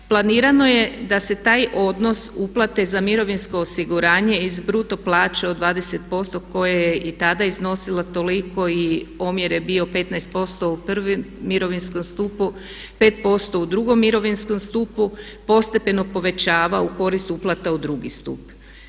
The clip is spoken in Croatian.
Planirano je da se taj odnos uplate za mirovinsko osiguranje iz bruto plaće od 20% koje je i tada iznosilo toliko i omjer je bio 15% u prvom mirovinskom stupu, 5% u drugom mirovinskom stupu postepeno povećava u korist uplata u drugi stup.